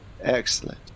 Excellent